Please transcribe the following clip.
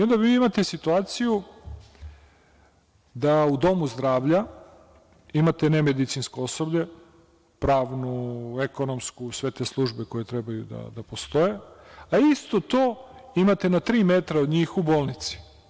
Onda vi imate situaciju da u domu zdravlja imate nemedicinsko osoblje, pravnu, ekonomsku, sve te službe koje trebaju da postoje, a isto to imate na tri metra od njih u bolnici.